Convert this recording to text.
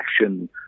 action